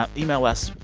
ah email us,